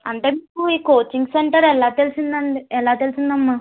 అంటే మీకు ఈ కోచింగ్ సెంటర్ ఎలా తెలిసిందండి తెలిసింది అమ్మ